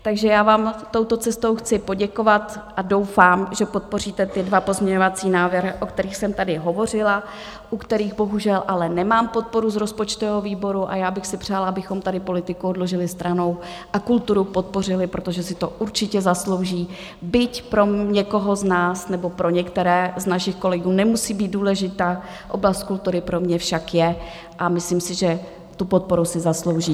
Takže já vám touto cestou chci poděkovat a doufám, že podpoříte ty dva pozměňovací návrhy, o kterých jsem tady hovořila, u kterých bohužel ale nemám podporu z rozpočtového výboru, a já bych si přála, abychom tady politiku odložili stranou a kulturu podpořili, protože si to určitě zaslouží, byť pro někoho z nás, nebo pro některé z našich kolegů, nemusí být důležitá, oblast kultury pro mě však je, a myslím si, že tu podporu si zaslouží.